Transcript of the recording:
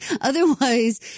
Otherwise